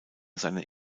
seine